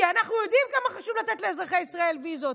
כי אנחנו יודעים כמה חשוב לתת לאזרחי ישראל ויזות.